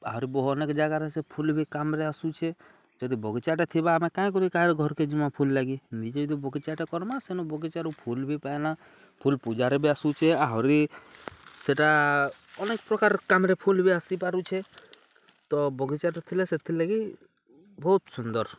ଆହୁରି ବହୁ ଅନେକ୍ ଜାଗାରେ ସେ ଫୁଲ୍ ବି କାମ୍ରେ ଆସୁଛେ ଯଦି ବଗିଚାଟା ଥିବା ଆମେ କାହିଁ କର କାହାର୍ ଘର୍କେ ଯିମା ଫୁଲ୍ ଲାଗି ନିଜେ ଯଦି ବଗିଚାଟା କର୍ମା ସେନୁ ବଗିଚାରୁ ଫୁଲ୍ ବି ପାଏଲା ଫୁଲ୍ ପୂଜାରେ ବି ଆସୁଛେ ଆହୁରି ସେଟା ଅନେକ ପ୍ରକାର୍ କାମ୍ରେ ଫୁଲ୍ ବି ଆସିପାରୁଛେ ତ ବଗିଚାଟା ଥିଲେ ସେଥିର୍ଲାଗି ବହୁତ୍ ସୁନ୍ଦର୍